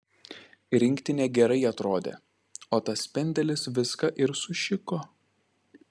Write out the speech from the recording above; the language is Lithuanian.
rinktinė gerai atrodė o tas pendelis viską ir sušiko